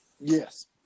yes